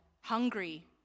hungry